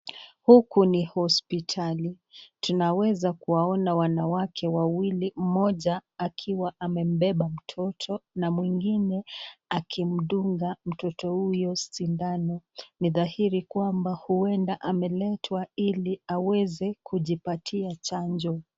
Huku ni hospitali, tunaweza kuwaona wanawake wawili moja akiwa amembeba mtoto na mwingine akimdunga mtoto huyo sindano, ni dhahiri kwamba huenda ameletwa ili aweze kujipatia chanjo.